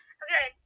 okay